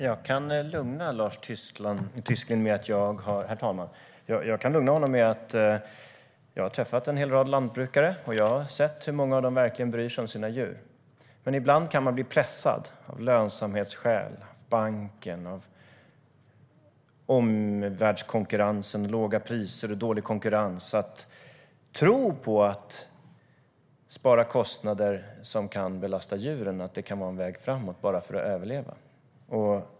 Herr talman! Jag kan lugna Lars Tysklind med att jag har träffat en hel rad av lantbrukare, och jag har sett hur många av dem som verkligen bryr sig om sina djur. Men ibland kan man bli pressad av lönsamhetsskäl, av banken, av omvärldskonkurrensen och av låga priser och tror att det kan vara en väg framåt att man, bara för att överleva, sparar på kostnader, vilket kan belasta djuren.